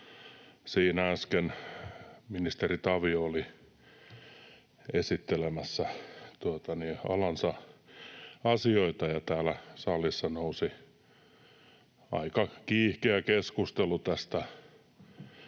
Siinä äsken ministeri Tavio oli esittelemässä alansa asioita ja täällä salissa nousi aika kiihkeä keskustelu tästä